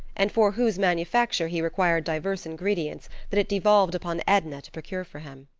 and for whose manufacture he required diverse ingredients that it devolved upon edna to procure for him.